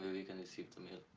we can receive the mail.